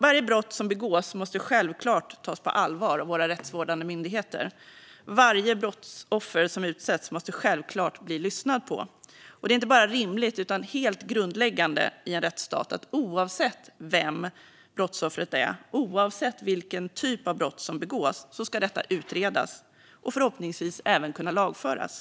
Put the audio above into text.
Varje brott som begås måste självklart tas på allvar av våra rättsvårdande myndigheter, och varje brottsoffer som utsätts måste självklart bli lyssnad på. Det är inte bara rimligt utan helt grundläggande i en rättsstat att oavsett vem brottsoffret är och oavsett vilken typ av brott som begåtts ska det utredas och förhoppningsvis även kunna lagföras.